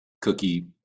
cookie